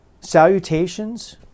Salutations